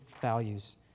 values